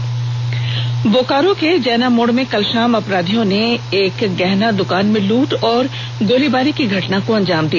गोलीबारी बोकारो के जैनामोड़ में कल शाम अपराधियों ने एक गहना दुकान में लुट और गोलीबारी की घटना को अंजाम दिया